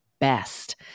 best